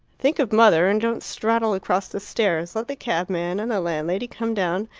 think of mother and don't straddle across the stairs. let the cabman and the landlady come down,